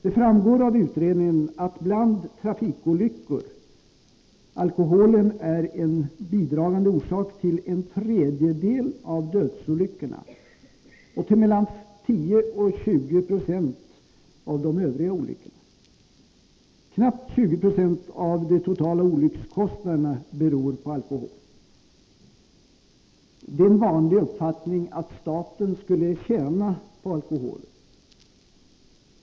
Det framgår av utredningen att bland trafikolyckor är alkoholen en bidragande orsak till en tredjedel av dödsolyckorna och till mellan 10 och 20 20 av de övriga olyckorna. Knappt 20 96 av de totala olyckskostnaderna beror på alkohol. Det är en vanlig uppfattning att staten skulle tjäna på alkoholen.